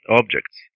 objects